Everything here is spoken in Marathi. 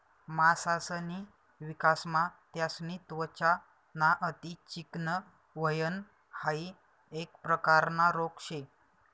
मासासनी विकासमा त्यासनी त्वचा ना अति चिकनं व्हयन हाइ एक प्रकारना रोग शे